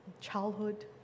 childhood